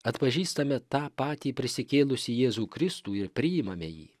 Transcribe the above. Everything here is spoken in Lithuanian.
atpažįstame tą patį prisikėlusį jėzų kristų ir priimame jį